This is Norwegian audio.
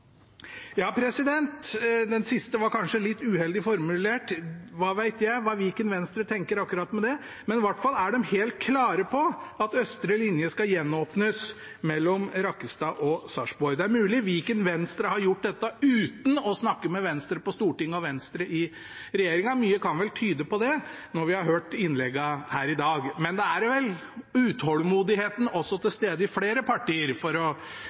Ja, den siste var kanskje litt uheldig formulert. Hva vet jeg hva Viken Venstre tenker akkurat med det. Men i hvert fall er de helt klare på at østre linje skal gjenåpnes mellom Rakkestad og Sarpsborg. Det er mulig Viken Venstre har gjort dette uten å snakke med Venstre på Stortinget og Venstre i regjeringen. Mye kan vel tyde på det når vi har hørt innleggene her i dag. Men det er vel utålmodighet til stede også i flere partier, for å